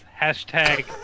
Hashtag